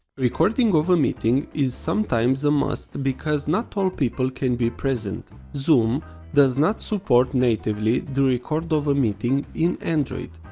recording of a meeting is sometimes a must because not all people can be present. zoom does not support natively the record of a meeting in android.